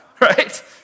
Right